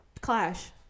Clash